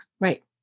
Right